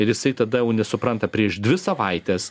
ir jisai tada jau nesupranta prieš dvi savaites